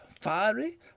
Fiery